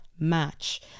match